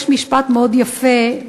יש משפט מאוד יפה,